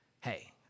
Hey